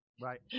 Right